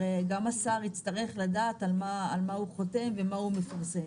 הרי גם השר יצטרך לדעת על מה הוא חותם ומה הוא מפרסם.